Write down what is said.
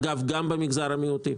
גם במגזר המיעוטים.